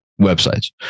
websites